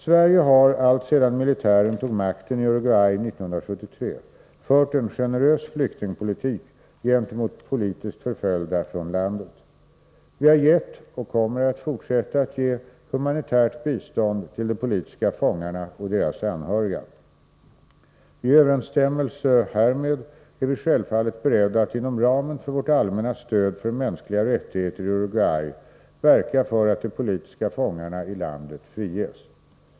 Sverige har alltsedan militären tog makten i Uruguay 1973 fört en generös flyktingpolitik gentemot politiskt förföljda från landet. Vi har gett och kommer att fortsätta att ge humanitärt bistånd till de politiska fångarna och deras anhöriga. I överensstämmelse härmed är vi självfallet beredda att inom ramen för vårt allmänna stöd för mänskliga rättigheter i Uruguay verka för att de politiska fångarna i landet friges.